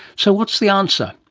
so what's the answer?